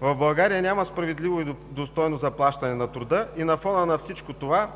В България няма справедливо и достойно заплащане на труда и на фона на всичко това